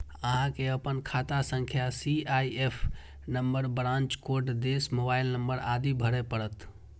अहां कें अपन खाता संख्या, सी.आई.एफ नंबर, ब्रांच कोड, देश, मोबाइल नंबर आदि भरय पड़त